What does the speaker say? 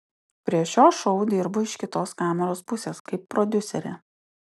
prie šio šou dirbu iš kitos kameros pusės kaip prodiuserė